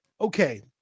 okay